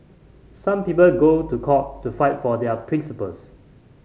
some people go to court to fight for their principles